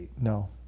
No